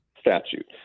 statute